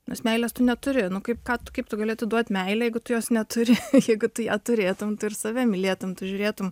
nes meilės tu neturi nu kaip ką kaip tu gali atiduot meilę jeigu tu jos neturi jeigu tu ją turėtum tu ir save mylėtum tu žiūrėtum